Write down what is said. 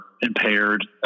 impaired